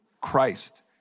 Christ